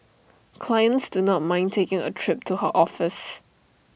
clients do not mind taking A trip to her office